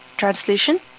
Translation